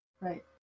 Right